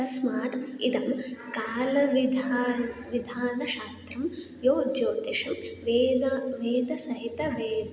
तस्मात् इदं कालविधानं विधानशास्त्रं यो ज्योतिषं वेद वेदसहितं वेद